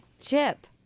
Chip